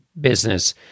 business